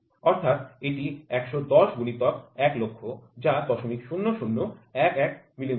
অর্থাৎ এটি ১১০ গুণিতক ১০০০০০ যা ০০০১১ মিলিমিটার